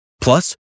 Plus